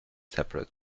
separate